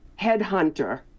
headhunter